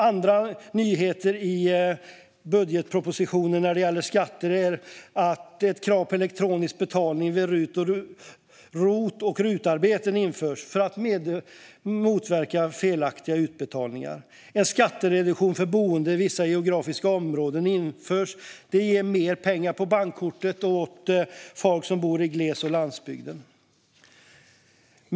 Andra nyheter i budgetpropositionen när det gäller skatter är att krav på elektronisk betalning vid ROT och RUT-arbeten införs för att motverka felaktiga utbetalningar. En skattereduktion för boende i vissa geografiska områden införs. Det ger mer pengar på bankkortet för folk som bor i gles och landsbygden.